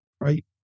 right